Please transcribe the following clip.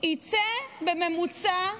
יצא שבממוצע,